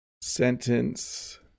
sentence